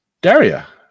daria